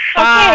Okay